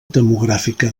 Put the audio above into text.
demogràfica